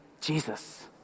Jesus